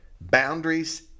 boundaries